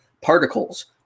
particles